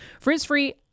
Frizz-free